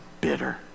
bitter